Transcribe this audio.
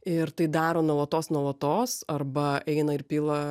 ir tai daro nuolatos nuolatos arba eina ir pila